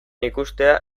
ikustea